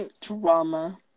Drama